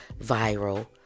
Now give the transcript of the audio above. viral